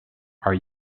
are